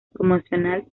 promocional